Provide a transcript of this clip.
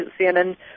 CNN